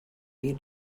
you